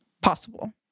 possible